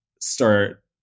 start